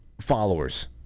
followers